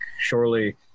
Surely